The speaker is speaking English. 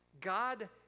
God